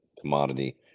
commodity